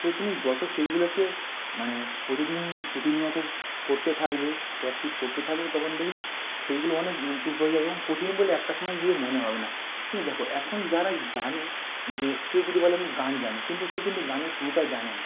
তো তুমি যত সেইগুলোকে মানে প্রতিদিন প্রতিনিয়ত করতে থাকবে প্র্যাকটিস করতে থাকবে তখন দেখবে সেইগুলো অনেক ইমপ্রুভ হয়ে যাবে এবং কঠিন বলে একটা সময় গিয়ে মনে হবে না কিন্তু দেখ এখন যারা জানে যে কেউ যদি বলে আমি গান জানি কিন্তু সে কিন্তু গানের পুরোটা জানে না